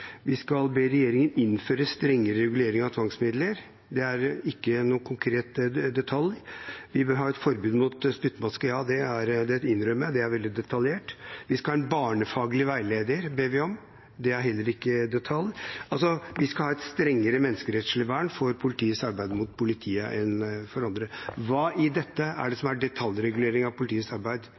Vi skal be regjeringen innføre strengere regulering av bruken av tvangsmidler. Det er ikke å gå konkret i detalj. Vi vil ha et forbud mot spyttmaske på barn. Det er innrømmer jeg er veldig detaljert. Vi ber om at vi skal ha en barnefaglig veileder. Det er heller ikke å gå i detalj. Vi skal ha et strengere menneskerettslig vern ved politiets arbeid overfor barn enn overfor andre. Hva i dette er det som er detaljregulering av politiets arbeid?